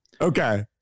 Okay